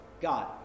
God